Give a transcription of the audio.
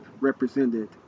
represented